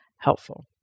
helpful